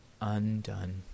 undone